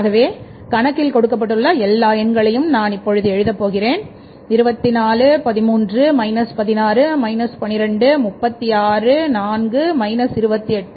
ஆகவே கணக்கில் கொடுக்கப்பட்டுள்ள எல்லா எண்களையும் நான் எழுதப் போகிறோம் 24 மற்றும் 13 மேலும் 16 12 அதன் பிறகு 36 மீண்டும் 4 இப்பொழுது 28